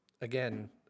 again